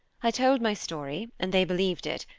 i told my story, and they believed it,